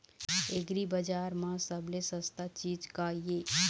एग्रीबजार म सबले सस्ता चीज का ये?